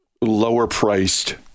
lower-priced